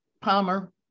palmer